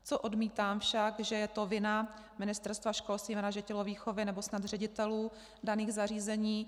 Co však odmítám, že je to vina Ministerstva školství, mládeže a tělovýchovy nebo snad ředitelů daných zařízení.